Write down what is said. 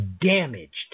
damaged